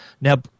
Now